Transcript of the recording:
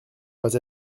pas